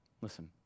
Listen